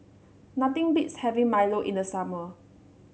nothing beats having Milo in the summer